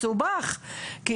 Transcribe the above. מסובך,